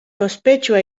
ospetsua